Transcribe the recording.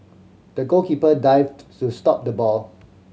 the goalkeeper dived to stop the ball